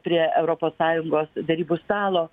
prie europos sąjungos derybų stalo